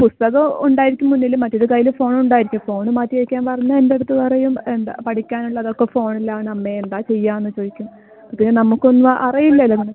പുസ്തകം ഉണ്ടായിരിക്കും മുന്നിൽ മറ്റൊരു കൈയിൽ ഫോണും ഉണ്ടായിരിക്കും ഫോണ് മാറ്റി വെക്കാൻ പറഞ്ഞാൽ എൻ്റെടുത്ത് പറയും എന്താ പഠിക്കാനുള്ളതൊക്കെ ഫോണിലാണമ്മേ എന്താ ചെയ്യാന്ന് ചോദിക്കും പിന്നെ നമുക്കൊന്നും അറിയില്ലല്ലോ നമുക്കൊന്നും